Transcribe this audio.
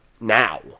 now